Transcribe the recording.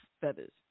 feathers